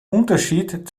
unterschied